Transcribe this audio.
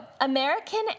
American